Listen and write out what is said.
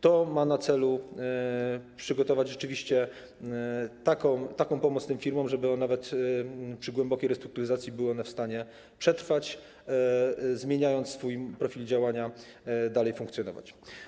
To ma na celu przygotować rzeczywiście taką pomoc tym firmom, żeby nawet przy głębokiej restrukturyzacji były one w stanie przetrwać, zmieniając swój profil działania, dalej funkcjonować.